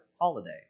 holiday